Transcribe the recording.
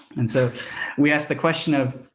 and so we ask the question of